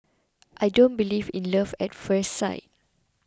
I don't believe in love at first sight